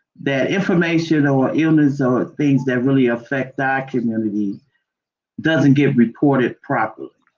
that information or illness or things that really affect our community doesn't get reported properly.